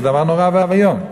זה דבר נורא ואיום.